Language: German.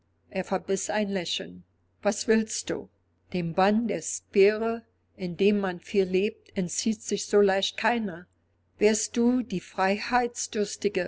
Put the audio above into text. er verbiß ein lächeln was willst du dem bann der sphäre in der man viel lebt entzieht sich so leicht keiner wärst du die